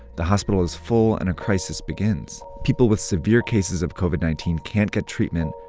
the hospital is full and a crisis begins. people with severe cases of covid nineteen can't get treatment,